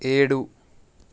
ఏడు